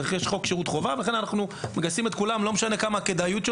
יש חוק שירות חובה ולכן אנחנו מגייסים את כולם לא משנה כמה יש כדאיות.